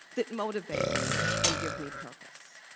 that motivate me and give me purpose.